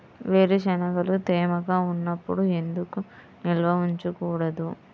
వేరుశనగలు తేమగా ఉన్నప్పుడు ఎందుకు నిల్వ ఉంచకూడదు?